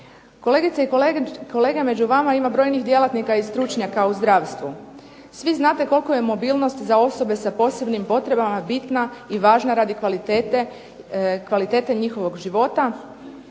Kolegice i kolege, među vama ima brojnih djelatnika i stručnjaka u zdravstvu. Svi znate koliko je mobilnost za osobe sa posebnim potrebama bitna i važna radi kvalitete njihovog života